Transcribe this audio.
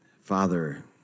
Father